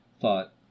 thought